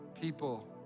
People